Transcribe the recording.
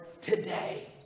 today